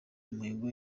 umuhigo